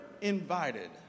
invited